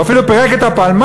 הוא אפילו פירק את הפלמ"ח,